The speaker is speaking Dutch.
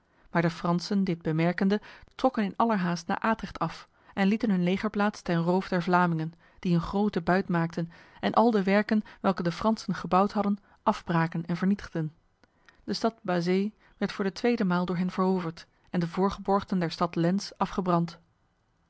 maar de fransen dit bemerkende trokken in allerhaast naar atrecht af en lieten hun legerplaats ten roof der vlamingen die een grote buit maakten en al de werken welke de fransen gebouwd hadden afbraken en vernietigden de stad bassée werd voor de tweede maal door hen veroverd en de voorgeborchten der stad lens afgebrand